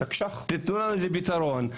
תתנו לנו איזה פתרון,